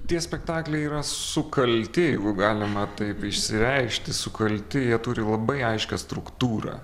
tie spektakliai yra sukalti jeigu galima taip išsireikšti sukalti jie turi labai aiškią struktūrą